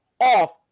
off